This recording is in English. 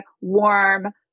warm